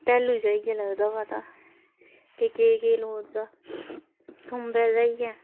तैलु जाइयै लगदा पता के केह् केह् लोड़दा खुम्बै जाइयै